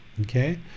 Okay